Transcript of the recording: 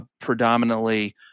predominantly